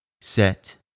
set